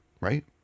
right